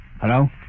Hello